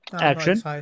Action